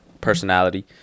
personality